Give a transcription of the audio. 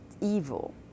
evil